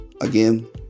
Again